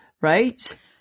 right